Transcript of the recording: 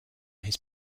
his